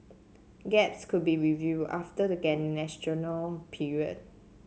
gaps could be review after the period